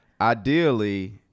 Ideally